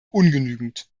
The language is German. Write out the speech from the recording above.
ungenügend